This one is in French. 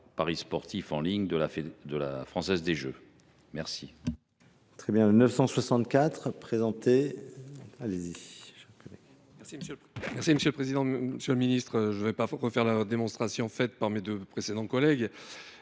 paris sportifs en ligne de la Française des jeux affecté